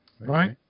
right